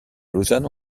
lausanne